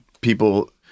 people